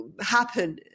happen